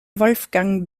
wolfgang